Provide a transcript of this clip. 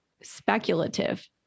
speculative